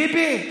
ביבי,